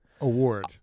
Award